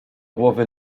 głowy